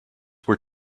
were